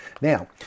Now